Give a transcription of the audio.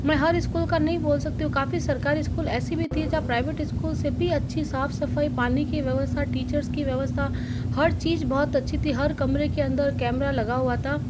मैं हर इस्कूल का नहीं बोल सकती हूँ काफ़ी सरकारी इस्कूल ऐसे भी थे जहाँ प्राइवेट इस्कूल से भी अच्छी साफ़ सफ़ाई पानी की व्यवस्था टीचर्स की व्यवस्था हर चीज़ बहुत अच्छी थी हर कमरे के अन्दर कैमरा लगा हुआ था